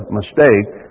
mistake